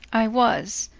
i was,